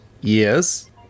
Yes